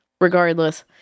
Regardless